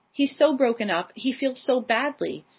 he's so broken up he feels so badly,